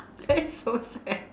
that's so sad